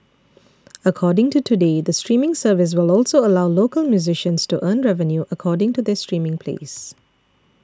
according to Today the streaming service will also allow local musicians to earn revenue according to their streaming plays